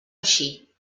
així